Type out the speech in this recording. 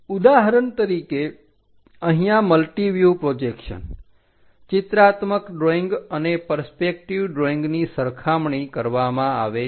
ઉદાહરણ તરીકે અહીંયા મલ્ટિવ્યુહ પ્રોજેક્શન ચિત્રાત્મક ડ્રોઈંગ અને પરસ્પેકટિવ ડ્રોઈંગની સરખામણી કરવામાં આવે છે